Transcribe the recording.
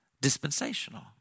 dispensational